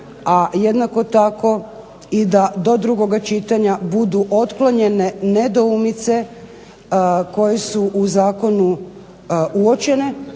a jednako tako da da do drugog čitanja budu otklonjene nedoumice koje su u zakonu uočene,